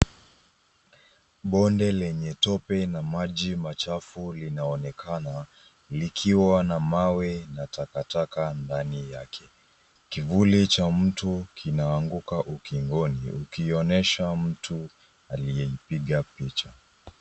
Bonde lenye tope na maji machafu linaonekana likiwa na mawe na takataka ndani yake. Kivuli cha mtu kinaanguka ukingoni ukionyesha mtu aliyeipiga picha.